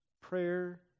prayer